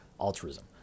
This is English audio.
altruism